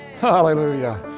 hallelujah